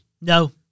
No